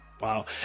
Wow